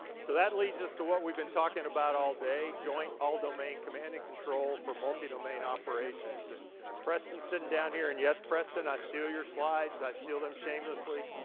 so that leads us to what we been talking about all day, joint all-domain command and control for multi-domain operations. and preston's sitting down here and yes preston, i steal your slides. i steal them shamelessly.